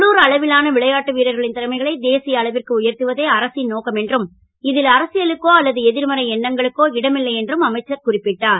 உள்ளூர் அளவிலான விளையாட்டு வீரர்களின் றமைகளை தேசிய அளவிற்கு உயர்த்துவதே அரசின் நோக்கம் என்றும் இ ல் அரசியலுக்கோ அல்லது எ ர்மறை எண்ணங்களுக்கோ இடமில்லை என்றும் அமைச்சர் குறிப்பிட்டார்